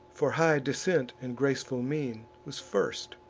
for high descent and graceful mien, was first,